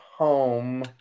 home